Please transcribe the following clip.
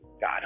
God